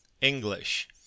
English